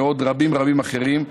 ועוד רבים רבים אחרים.